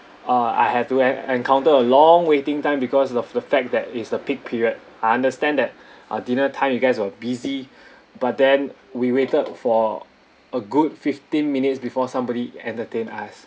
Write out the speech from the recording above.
um I had to en~ encounter a long waiting time because of the fact that is the peak period I understand that uh dinner time you guys were busy but then we waited for a good fifteen minutes before somebody entertain us